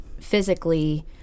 physically